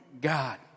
God